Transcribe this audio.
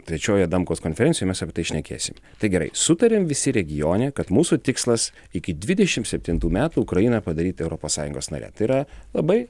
trečiojoj adamkaus konferencijoj mes apie tai šnekėsim tai gerai sutariam visi regione kad mūsų tikslas iki dvidešim septintų metų ukrainą padaryti europos sąjungos nare tai yra labai